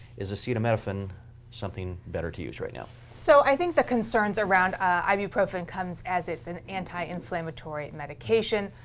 is acetaminophen something better to use right now? so i think the concerns around ibuprofen comes as it's an anti-inflammatory medication.